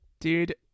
dude